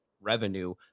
revenue